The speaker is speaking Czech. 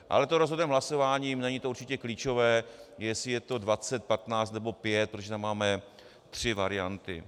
Ale to rozhodneme hlasováním, není to určitě klíčové, jestli je to 20, 15 nebo 5, protože tam máme tři varianty.